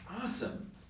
Awesome